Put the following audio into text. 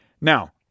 Now